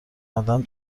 آدم